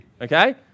Okay